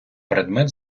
предмет